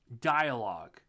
dialogue